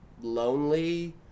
lonely